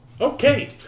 Okay